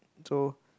so